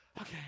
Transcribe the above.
Okay